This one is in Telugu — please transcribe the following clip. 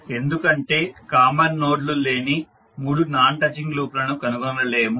ఎందుకంటే కామన్ నోడ్లు లేని మూడు నాన్ టచింగ్ లూప్లను కనుగొనలేము